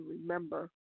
remember